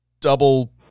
double